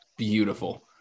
Beautiful